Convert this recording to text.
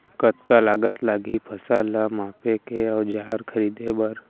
कतका लागत लागही फसल ला मापे के औज़ार खरीदे बर?